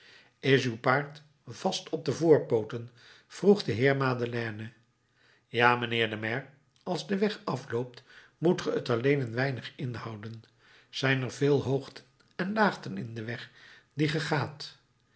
is uw paard vast op de voorpooten vroeg de heer madeleine ja mijnheer de maire als de weg afloopt moet ge t alleen een weinig inhouden zijn er veel hoogten en laagten in den weg dien ge gaat